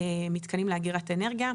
מתקנים לאגירת אנרגיה,